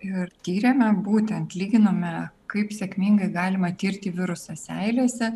ir tyrėme būtent lyginome kaip sėkmingai galima tirti virusą seilėse